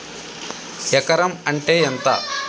ఎకరం అంటే ఎంత?